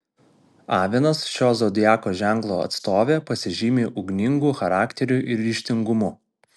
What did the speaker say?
avinas šio zodiako ženklo atstovė pasižymi ugningu charakteriu ir ryžtingumu